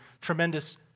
tremendous